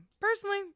Personally